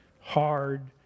hard